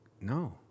no